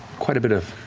quite a bit of